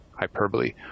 hyperbole